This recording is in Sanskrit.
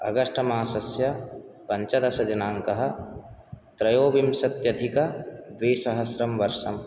अगस्ट मासस्य पञ्चदश दिनाङ्कः त्रयोविंशत्यधिक द्विसहस्रं वर्षं